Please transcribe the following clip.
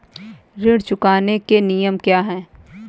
ऋण चुकाने के नियम क्या हैं?